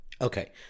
Okay